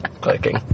clicking